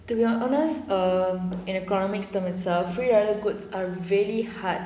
to be honest err in economics term itself free rather goods are really hard